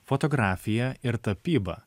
fotografija ir tapyba